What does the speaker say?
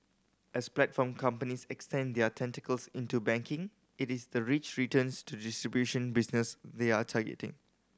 as platform companies extend their tentacles into banking it is the rich returns to the distribution business they are targeting